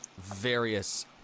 various